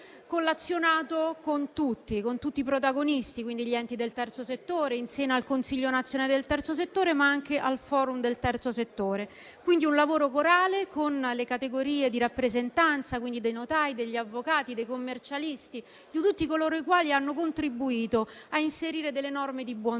collazionato con tutti i protagonisti: gli enti del Terzo settore, in seno al Consiglio nazionale del Terzo settore, ma anche al Forum del terzo settore. Quindi, è un lavoro corale con le categorie di rappresentanza, i notai, gli avvocati e i commercialisti, tutti coloro che hanno contribuito a inserire delle norme di buonsenso.